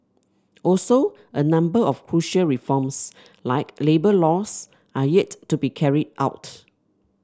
also a number of crucial reforms like labour laws are yet to be carried out